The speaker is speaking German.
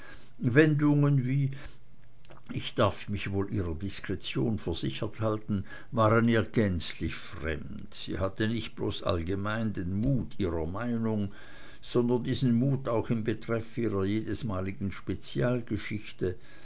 wendungen wie ich darf mich wohl ihrer diskretion versichert halten waren ihr gänzlich fremd sie hatte nicht bloß ganz allgemein den mut ihrer meinung sondern diesen mut auch in betreff ihrer jedesmaligen